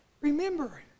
Remember